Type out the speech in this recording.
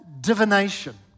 divination